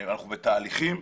אנחנו בתהליכים.